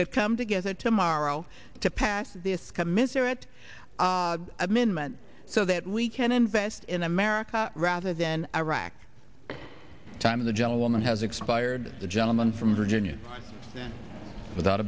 could come together tomorrow to pass this commiserate amendment so that we can invest in america rather than iraq the time of the gentleman has expired the gentleman from virginia without